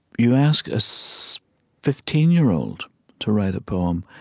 you ask a so fifteen year old to write a poem,